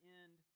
end